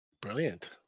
Brilliant